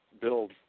build